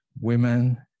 women